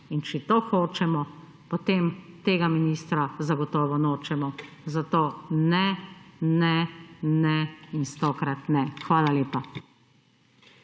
in če to hočemo, potem tega ministra zagotovo nočemo, zato ne, ne, ne in 100-krat ne. Hvala lepa.